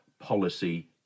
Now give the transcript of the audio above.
policy